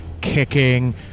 kicking